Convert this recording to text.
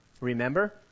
Remember